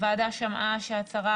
הוועדה שמעה שההצהרות